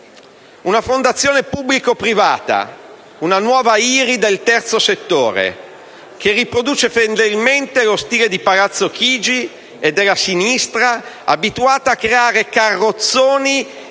una fondazione pubblico-privata, una nuova IRI del terzo settore, che riproduce fedelmente lo stile di Palazzo Chigi e della sinistra, abituata a creare carrozzoni di